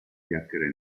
chiacchiere